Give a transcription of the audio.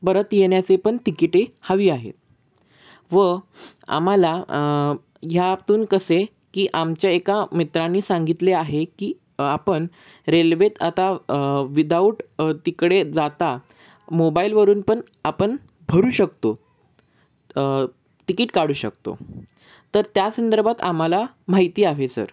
परत येण्याचे पण तिकिटे हवी आहेत व आम्हाला ह्यातून कसे की आमच्या एका मित्रांनी सांगितले आहे की आपण रेल्वेत आता विदाऊट तिकडे जाता मोबाईलवरून पण आपण भरू शकतो तिकीट काढू शकतो तर त्या संदर्भात आम्हाला माहिती हवी सर